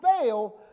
fail